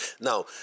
now